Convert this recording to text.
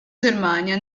germania